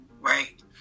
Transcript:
right